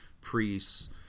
priests